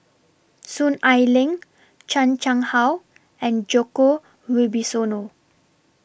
Soon Ai Ling Chan Chang How and Djoko Wibisono